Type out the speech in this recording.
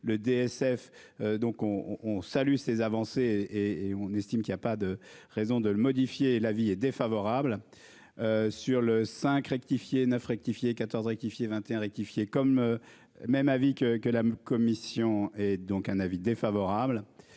donc on on salue ces avancées et on estime qu'il y a pas de raison de le modifier. L'avis est défavorable. Sur le cinq rectifier 9 rectifier 14 rectifier 21 rectifié comme. Même avis que que la commission et donc un avis défavorable.